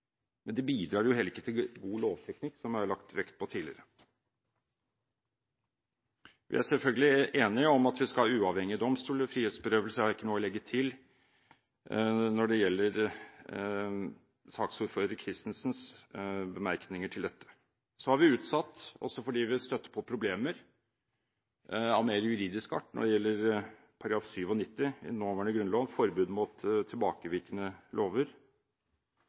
men det bidrar jo heller ikke til god lovteknikk, som jeg har lagt vekt på tidligere. Vi er selvfølgelig enige om at vi skal ha uavhengige domstoler, og når det gjelder frihetsberøvelse, har jeg ikke noe å legge til saksordfører Christensens bemerkninger. Så har vi utsatt, også fordi vi støter på problemer av mer juridisk art når det gjelder § 97 i den nåværende grunnlov, forbud mot tilbakevirkende lover.